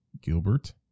Gilbert